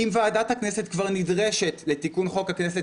אם ועדת הכנסת כבר נדרשת לתיקון חוק הכנסת